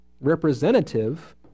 representative